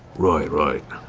right, right.